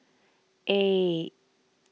eight